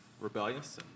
rebellious